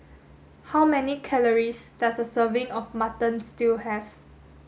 how many calories does a serving of mutton stew have